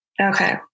Okay